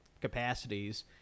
capacities